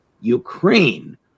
Ukraine